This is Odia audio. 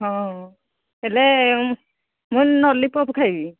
ହଁ ହେଲେ ମୁଁ ଲଲିପପ୍ ଖାଇବି